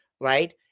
right